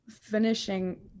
finishing